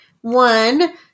one